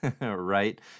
right